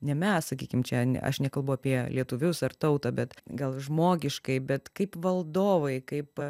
ne mes sakykim čia ne aš nekalbu apie lietuvius ar tautą bet gal žmogiškai bet kaip valdovai kaip